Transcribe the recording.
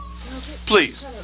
Please